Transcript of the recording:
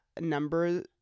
number